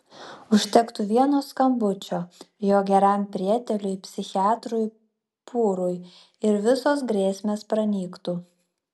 užtektų vieno skambučio jo geram prieteliui psichiatrui pūrui ir visos grėsmės pranyktų